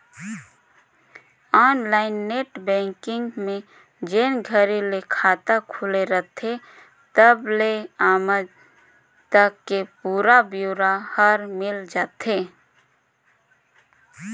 online net banking में जेन घरी ले खाता खुले रथे तबले आमज तक के पुरा ब्योरा हर मिल जाथे